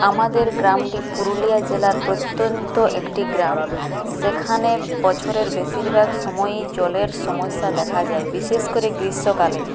আমাদের গ্রামটি পুরুলিয়া জেলার প্রত্যন্ত একটি গ্রাম সেখানে বছরের বেশিরভাগ সময়ই জলের সমস্যা দেখা যায় বিশেষ করে গ্রীষ্মকালে